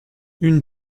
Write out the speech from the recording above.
une